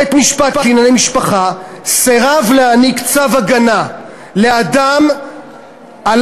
בית-משפט לענייני משפחה סירב להעניק צו הגנה לאדם על